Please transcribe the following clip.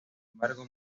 embargo